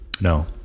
No